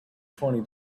twenty